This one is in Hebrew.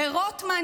ורוטמן,